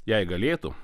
jei galėtų